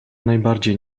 najbardziej